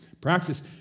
Praxis